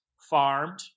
farmed